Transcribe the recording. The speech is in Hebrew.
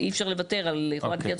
אי אפשר לוותר על חובת היוועצות.